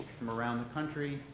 from around the country,